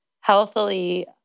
healthily